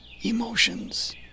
emotions